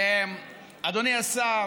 אדוני השר,